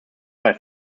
bei